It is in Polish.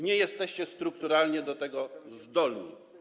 Nie jesteście strukturalnie do tego zdolni.